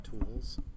tools